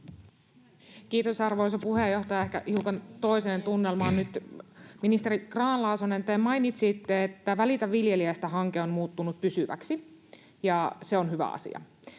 Kiitos, arvoisa puheenjohtaja! Ehkä hiukan toiseen tunnelmaan nyt. Ministeri Grahn-Laasonen, te mainitsitte, että Välitä viljelijästä ‑hanke on muuttunut pysyväksi, ja se on hyvä asia.